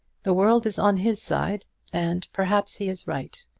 the world is on his side and, perhaps, he is right.